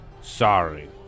sorry